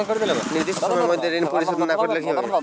নির্দিষ্ট সময়ে মধ্যে ঋণ পরিশোধ না করলে কি হবে?